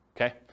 okay